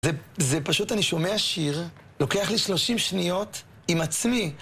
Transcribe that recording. זה פשוט אני שומע שיר, לוקח לי שלושים שניות עם עצמי.